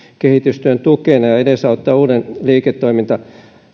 kehitystyön tukena ja ja edesauttaa uuden liiketoiminnan